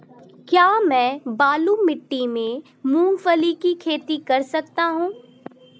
क्या मैं बालू मिट्टी में मूंगफली की खेती कर सकता हूँ?